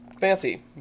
fancy